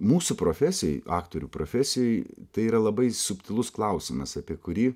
mūsų profesijoj aktorių profesijoj tai yra labai subtilus klausimas apie kurį